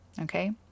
Okay